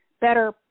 better